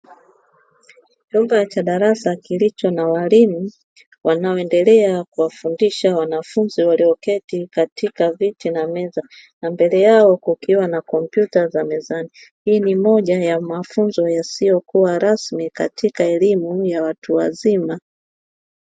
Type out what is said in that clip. Chumba cha darasa kilicho na walimu, wanaoendelea kuwafundisha wanafunzi walioketi katika viti na meza, na mbele yao kukiwa na kompyuta za mezani. Hii ni moja ya mafunzo yasiyokuwa rasmi katika elimu ya watu wazima.